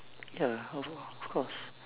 ya of of course